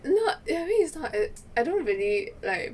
not I mean it's not I don't really like